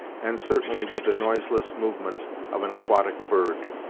and certainly with the noiseless movements of an aquatic bird.